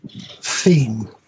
theme